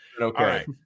Okay